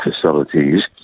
facilities